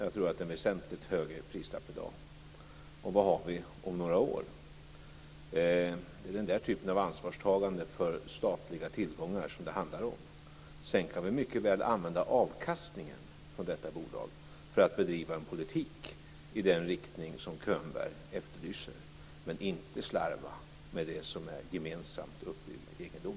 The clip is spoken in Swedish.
Jag tror att priset är väsentligt högre i dag, och vad har vi om några år? Det är den typen av ansvarstagande för statliga tillgångar som det handlar om. Vi kan mycket väl använda avkastningen från detta bolag för att bedriva en politik i den riktning som Könberg efterlyser, men vi ska inte slarva med gemensamt uppbyggd egendom.